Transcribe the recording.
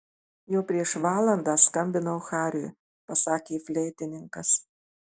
jau prieš valandą skambinau hariui pasakė fleitininkas